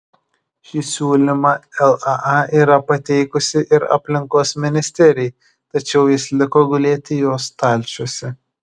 šį siūlymą laa yra pateikusi ir aplinkos ministerijai tačiau jis liko gulėti jos stalčiuose